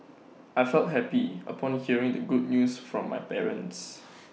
I felt happy upon hearing the good news from my parents